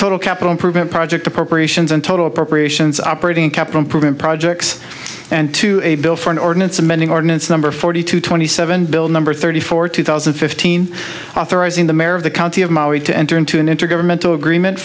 total capital improvement project appropriations and total appropriations operating capital improvement projects and to a bill for an ordinance amending ordinance number forty two twenty seven bill number thirty four two thousand and fifteen authorizing the mayor of the county of maui to enter into an intergovernmental agreement